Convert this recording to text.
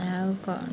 ଆଉ କ'ଣ